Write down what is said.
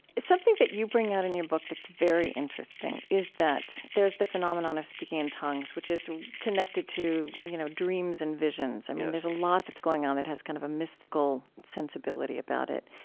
something that you bring out in your book that's very interesting is that there's the phenomenon of speaking in tongues, which is connected to, you know, dreams and visions. i mean, there's a lot that's going on that has kind of a mystical sensibility about it.